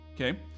Okay